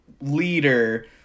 leader